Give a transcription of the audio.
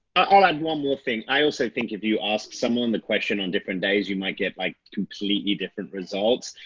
i'll add one more thing. i also think if you ask someone the question on different days, you might get like completely different results.